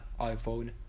iPhone